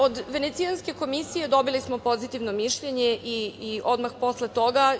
Od Venecijanske komisije dobili smo pozitivno mišljenje odmah posle toga.